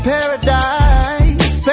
Paradise